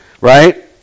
right